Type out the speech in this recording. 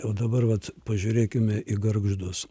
o dabar vat pažiūrėkime į gargždus